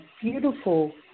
beautiful